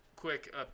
Quick